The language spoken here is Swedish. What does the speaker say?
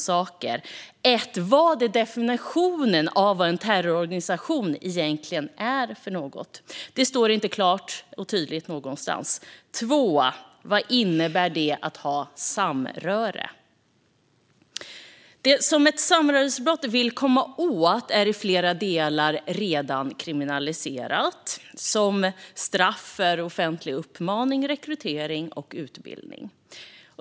Den första är definitionen av vad en terrororganisation egentligen är. Det står inte klart och tydligt någonstans. Den andra är vad det innebär att ha samröre. Det som man vill komma åt genom lagstiftning om samröresbrott är i flera delar redan kriminaliserat. Det handlar om straff för offentlig uppmaning, rekrytering och utbildning.